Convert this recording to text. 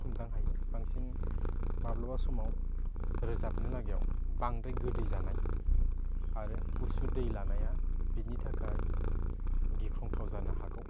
हमदां हायो बांसिन माब्लाबा समाव रोजाबनो लागेयाव बांद्राय गोदै जानाय आरो गुसु दै लानाया बिनि थाखाय गिख्रंथाव जानो हागौ